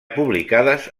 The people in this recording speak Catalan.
publicades